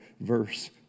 Verse